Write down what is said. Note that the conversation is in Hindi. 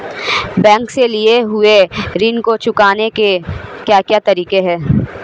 बैंक से लिए हुए ऋण को चुकाने के क्या क्या तरीके हैं?